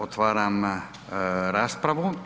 Otvaram raspravu.